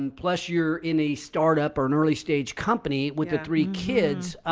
and plus, you're in a startup or an early stage company with the three kids.